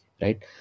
Right